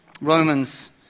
Romans